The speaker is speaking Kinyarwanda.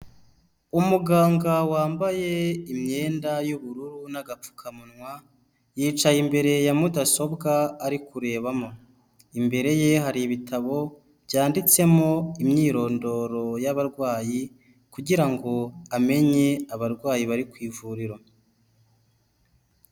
Umuganga wambaye imyenda y'ubururu n'agapfukamunwa, yicaye imbere ya mudasobwa, ari kurebamo. Imbere ye hari ibitabo byanditsemo imyirondoro y'abarwayi, kugira ngo amenye abarwayi bari ku ivuriro.